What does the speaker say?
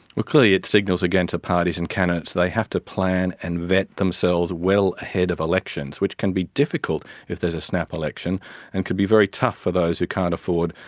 clearly it signals again to parties and candidates that they have to plan and vet themselves well ahead of elections, which can be difficult if there is a snap election and can be very tough for those who can't afford,